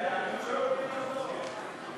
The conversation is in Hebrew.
חוק ההגבלים העסקיים (תיקון מס' 16),